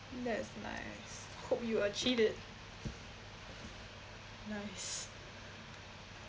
that's nice hope you achieve it nice